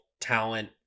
talent